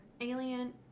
Alien